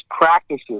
practices